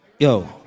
Yo